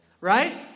right